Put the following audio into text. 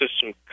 system